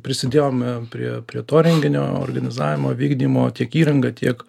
prisidėjom prie prie to renginio organizavimo vykdymo tiek įranga tiek